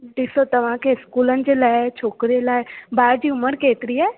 ॾिसो तव्हांखे इस्कूलनि जे लाइ छोकिरे लाइ ॿार जी उमिरि केतिरी आहे